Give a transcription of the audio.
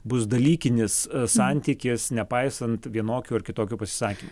bus dalykinis santykis nepaisant vienokių ar kitokių pasisakymų